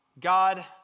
God